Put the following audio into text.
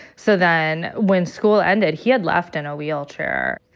so then when school ended, he had left in a wheelchair.